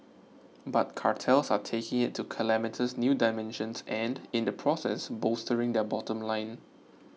but cartels are taking it to calamitous new dimensions and in the process bolstering their bottom line